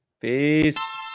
peace